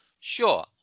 Sure